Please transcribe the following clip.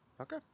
Okay